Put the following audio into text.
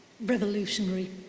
revolutionary